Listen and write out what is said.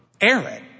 Aaron